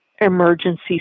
emergency